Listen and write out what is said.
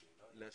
כן.